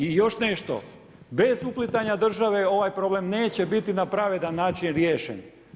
I još nešto, bez uplitanja države ovaj problem neće biti na pravedan način riješen.